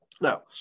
now